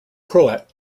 croat